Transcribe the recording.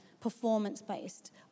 performance-based